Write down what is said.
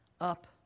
up